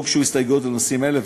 לא הוגשו הסתייגויות לנושאים אלה,